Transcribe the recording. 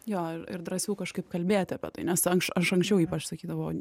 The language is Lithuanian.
jo ir drąsiau kažkaip kalbėti apie tai nes ankšč aš anksčiau ypač sakydavau